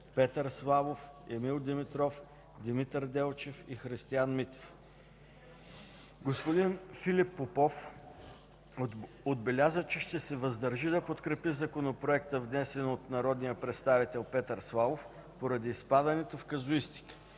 Петър Славов, Емил Димитров, Димитър Делчев и Христиан Митев. Господин Филип Попов отбеляза, че ще се въздържи да подкрепи Законопроекта, внесен от народния представител Петър Славов, поради изпадането в казуистика,